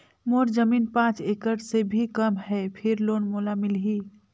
मोर जमीन पांच एकड़ से भी कम है फिर लोन मोला मिलही?